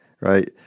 right